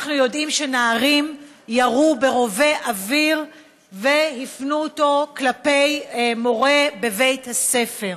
אנחנו יודעים שנערים ירו ברובה אוויר והפנו אותו כלפי מורה בבית הספר.